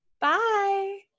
Bye